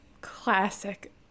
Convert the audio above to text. classic